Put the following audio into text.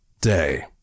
day